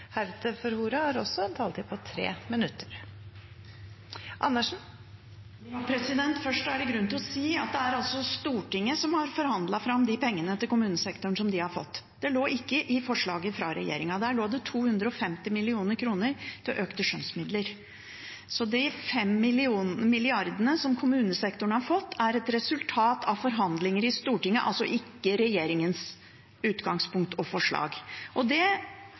heretter får ordet, har også en taletid på inntil 3 minutter. Først er det grunn til å si at det er Stortinget som har forhandlet fram pengene som kommunesektoren har fått. Det lå ikke i forslaget fra regjeringen – der lå det 250 mill. kr til økte skjønnsmidler. De 5 mrd. kr som kommunesektoren har fått, er et resultat av forhandlinger i Stortinget, altså ikke regjeringens utgangspunkt og forslag. Det har vist hva regjeringen nå forsøker å gjøre, og det